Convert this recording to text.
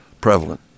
prevalent